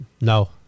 No